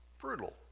brutal